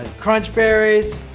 and crunch berries